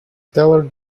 teller